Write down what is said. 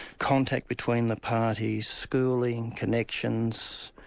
contact between the parties, schooling, connections,